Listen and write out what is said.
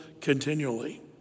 continually